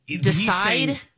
decide